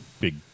big